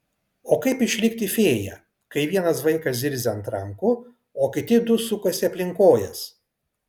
o kaip išlikti fėja kai vienas vaikas zirzia ant rankų o kiti du sukasi aplink kojas